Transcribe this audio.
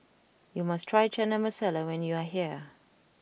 you must try Chana Masala when you are here